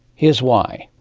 here's why.